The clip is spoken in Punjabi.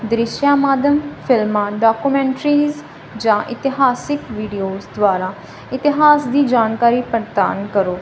ਦ੍ਰਿਸ਼ਾ ਮਾਧਿਅਮ ਫਿਲਮਾਨ ਡਾਕੂਮੈਂਟਰੀਜ ਜਾਂ ਇਤਿਹਾਸਿਕ ਵੀਡੀਓਜ ਦੁਆਰਾ ਇਤਿਹਾਸ ਦੀ ਜਾਣਕਾਰੀ ਪ੍ਰਦਾਨ ਕਰੋ